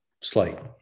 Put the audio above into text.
slight